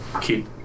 Keep